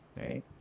right